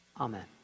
Amen